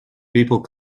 people